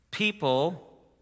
People